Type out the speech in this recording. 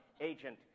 agent